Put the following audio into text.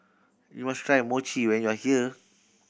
you must try Mochi when you are here